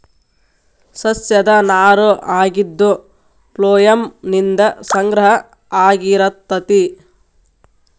ಸಸ್ಯದ ನಾರು ಆಗಿದ್ದು ಪ್ಲೋಯಮ್ ನಿಂದ ಸಂಗ್ರಹ ಆಗಿರತತಿ